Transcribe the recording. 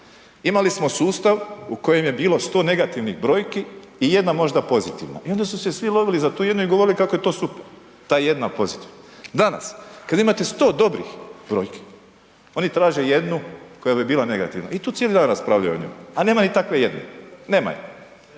imali smo sustav u kojem je bilo 100 negativnih brojki i jedna možda pozitivna i onda su se svi lovili za tu jednu i govorili kako je to super ta jedna pozitivna. Danas kada imate 100 dobrih brojki oni traže jednu koja bi bila negativna i to cijeli dan raspravljaju o njemu, a nema ni takve jedne, nema je.